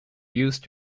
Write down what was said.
used